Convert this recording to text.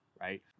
right